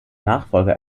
nachfolger